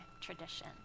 tradition